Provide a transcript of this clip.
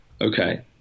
okay